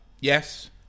Yes